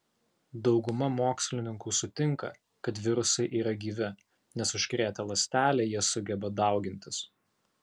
dauguma mokslininkų sutinka kad virusai yra gyvi nes užkrėtę ląstelę jie sugeba daugintis